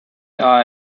are